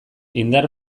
indar